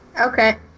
Okay